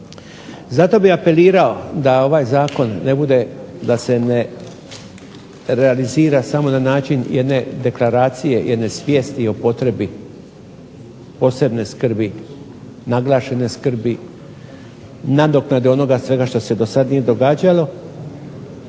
zato bih apelirao da se ovaj Zakon ne realizira samo na način jedne deklaracije, jedne svijesti o potrebi posebne skrbi, nadoknade onoga što se do sada nije događalo,